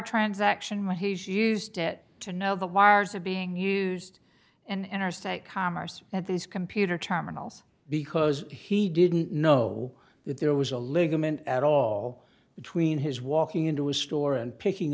transaction where he's used it to know the wires are being used and interstate commerce at these computer terminals because he didn't know that there was a ligament at all between his walking into a store and picking